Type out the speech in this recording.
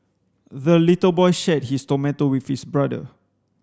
the little boy shared his tomato with his brother